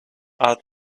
are